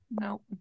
no